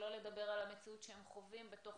שלא לדבר על המציאות שהם חווים בתוך